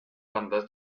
bandas